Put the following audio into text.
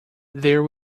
there